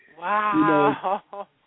wow